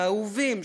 האהובים,